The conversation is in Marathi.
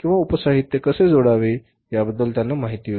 किंवा उप साहित्य कसे जोडावे याबद्दल त्यांना माहिती होईल